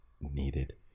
needed